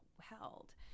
held